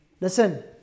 Listen